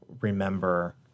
remember